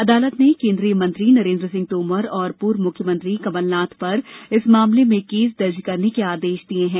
अदालत ने केन्द्रीय मंत्री नरेन्द्र सिंह तोमर व पूर्व मुख्यमंत्री कमलनाथ पर इस मामले में केस दर्ज करने के आदेश दिये हैं